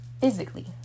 physically